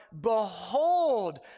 Behold